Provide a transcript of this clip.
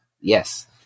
Yes